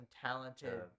talented